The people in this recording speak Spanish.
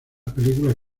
películas